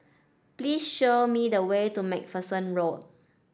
please show me the way to MacPherson Road